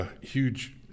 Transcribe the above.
huge